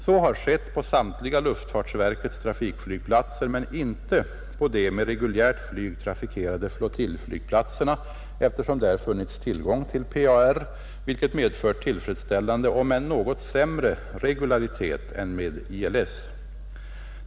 Så har skett på samtliga luftfartsverkets trafikflygplatser, men inte på de med reguljärt flyg trafikerade flottiljflygplatserna eftersom där funnits tillgång till PAR, vilket medfört tillfredsställande om än något sämre regularitet än med ILS.